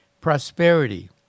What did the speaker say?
prosperity